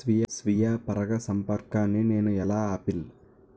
స్వీయ పరాగసంపర్కాన్ని నేను ఎలా ఆపిల్?